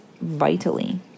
vitally